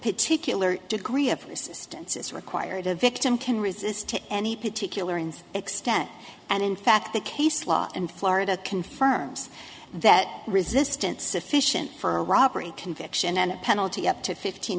particular degree of assistance is required a victim can resist to any particular and extent and in fact the case law in florida confirms that resistance sufficient for a robbery conviction and a penalty up to fifteen